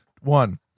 One